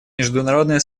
международное